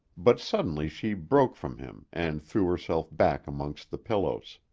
but suddenly she broke from him and threw herself back amongst the pillows.